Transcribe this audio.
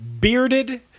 bearded